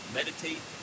meditate